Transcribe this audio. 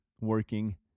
working